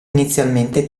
inizialmente